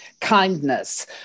kindness